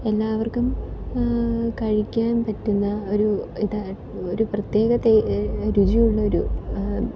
എല്ലാവർക്കും കഴിക്കാൻ പറ്റുന്ന ഒരു ഇതാ ഒരു പ്രത്യേക രുചിയുള്ളൊരു